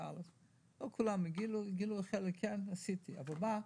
ואז לא כולם גילו, חלק כן ואז עשיתי הכשרה.